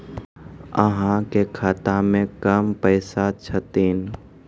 अहाँ के खाता मे कम पैसा छथिन?